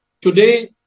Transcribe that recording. today